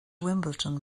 wimbledon